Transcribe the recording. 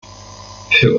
für